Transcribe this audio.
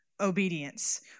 obedience